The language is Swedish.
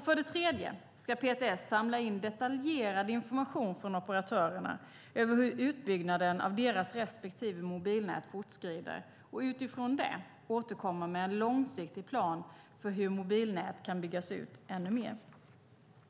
För det tredje ska PTS samla in detaljerad information från operatörerna över hur utbyggnaden av deras respektive mobilnät fortskrider och utifrån det återkomma med en långsiktig plan för hur mobilnät kan byggas ut ännu mer.